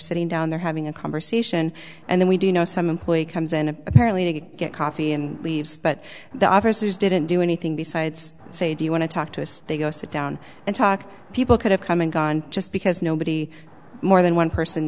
sitting down they're having a conversation and then we do know some employee comes in apparently to get coffee and leaves but the officers didn't do anything besides say do you want to talk to us they go sit down and talk people could have come and gone just because nobody more than one person